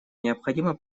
необходимо